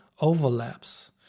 overlaps